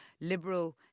liberal